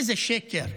איזה שקר.